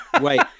wait